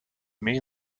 meer